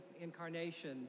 Incarnation